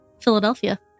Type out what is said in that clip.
Philadelphia